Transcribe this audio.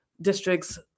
districts